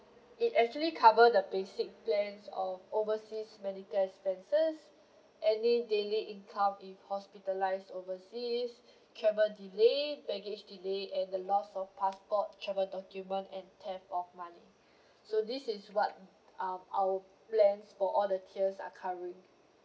it actually cover the basic plans of overseas medical expenses any daily income if hospitalised overseas travel delay baggage delay and the loss of passport travel document and theft of money so this is what um our plans for all the tiers are covering